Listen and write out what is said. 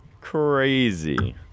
Crazy